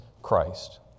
Christ